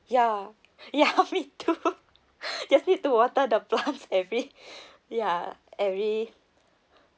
ya ya me too just need to water the plants every ya every